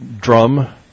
drum